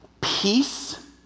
peace